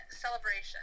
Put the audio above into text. celebration